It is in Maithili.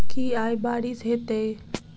की आय बारिश हेतै?